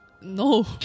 No